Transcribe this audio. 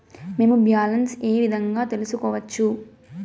మేము బ్యాలెన్స్ ఏ విధంగా తెలుసుకోవచ్చు?